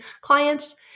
clients